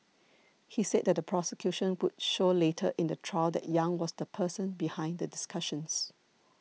he said the prosecution would show later in the trial that Yang was the person behind the discussions